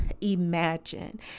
imagine